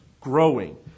growing